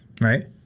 right